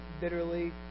bitterly